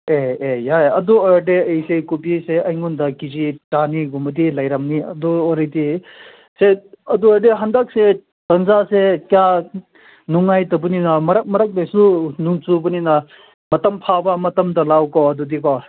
ꯑꯦ ꯑꯦ ꯌꯥꯏ ꯑꯗꯨ ꯑꯣꯏꯔꯗꯤ ꯑꯩꯁꯦ ꯀꯣꯕꯤꯁꯦ ꯑꯩꯉꯣꯟꯗ ꯀꯦ ꯖꯤ ꯆꯅꯤꯒꯨꯝꯕꯗꯤ ꯂꯩꯔꯝꯅꯤ ꯑꯗꯨ ꯑꯣꯏꯔꯗꯤ ꯁꯦ ꯑꯗꯨ ꯑꯣꯏꯔꯗꯤ ꯍꯟꯗꯛꯁꯦ ꯇꯟꯖꯥꯁꯦ ꯀꯌꯥ ꯅꯨꯡꯉꯥꯏꯇꯕꯅꯤꯅ ꯃꯔꯛ ꯃꯔꯛꯇꯁꯨ ꯅꯣꯡ ꯆꯨꯕꯅꯤꯅ ꯃꯇꯝ ꯐꯕ ꯃꯇꯝꯗ ꯂꯥꯛꯎꯀꯣ ꯑꯗꯨꯗꯤꯀꯣ